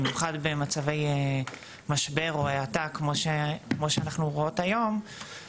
במיוחד במצבי משבר או האטה כמו שאנחנו רואות היום,